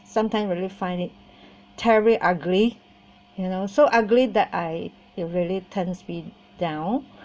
sometimes really find it terribly ugly you know so ugly that I it really turns me down